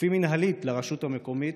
כפופים מינהלית לרשות המקומית,